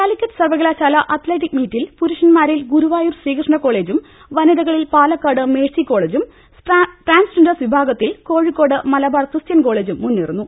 കാലിക്കറ്റ് സർവകലാശാല അത്ലറ്റിക് മീറ്റിൽ പുരുഷൻമാരിൽ ഗുരുവായൂർ ശ്രീകൃഷ്ണകോളെജും വനിതകളിൽ പാലക്കാട് മേഴ് സി കോളെജും ട്രാൻസ്ജെൻഡേഴ്സ് വിഭാഗത്തിൽ കോഴിക്കോട് മലബാർ ക്രിസ്ത്യൻ കോളെജും മുന്നേറുന്നു